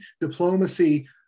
diplomacy